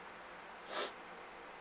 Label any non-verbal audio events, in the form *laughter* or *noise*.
*noise*